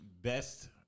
best